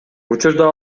учурда